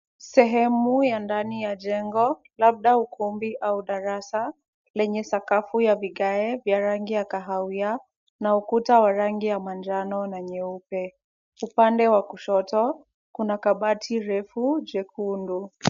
Sehemu ya ndani ya jengo, labda ukumbi au darasa lenye sakafu ya vigae vya rangi ya kahawia na ukuta wa rangi ya manjano na nyeupe. Upande wa kushoto kuna kabati refu jekundu.